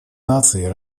наций